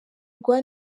rwa